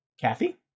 Kathy